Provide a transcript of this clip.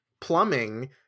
plumbing